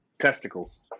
Testicles